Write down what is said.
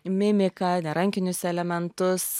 mimiką nerankinius elementus